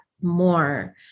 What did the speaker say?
more